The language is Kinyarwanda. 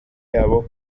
yabo